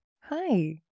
Hi